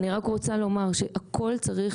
אני רק רוצה לומר שהכל צריך